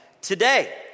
today